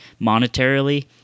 monetarily